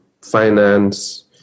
finance